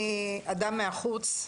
אני אדם מהחוץ,